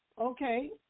okay